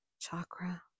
chakra